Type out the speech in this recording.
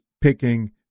picking